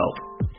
help